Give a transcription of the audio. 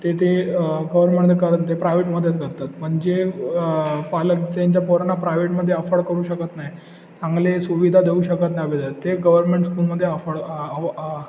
ते ते गव्हर्मेंटमध्ये नाही करत ते प्रायव्हेटमध्येच करतात म्हणजे पालक त्यांच्या पोरांना प्रायव्हेटमध्ये अफोर्ड करू शकत नाही चांगले सुविधा देऊ शकत नाही अभ्यासात ते गव्हर्मेंट स्कूलमध्ये अफोर्ड